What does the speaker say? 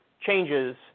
changes